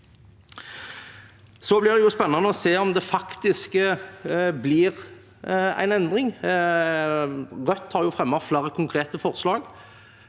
Så blir det spennende å se om det faktisk blir en endring. Rødt har fremmet flere konkrete forslag.